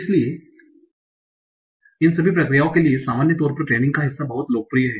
इसलिए इन सभी प्रक्रियाओं के बीच सामान्य तौर पर टैगिंग का हिस्सा बहुत लोकप्रिय है